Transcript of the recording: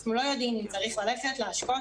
אנחנו לא יודעים אם צריך ללכת להשקות,